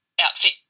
outfit